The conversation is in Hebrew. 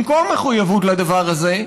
במקום מחויבות לדבר הזה,